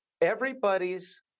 everybody's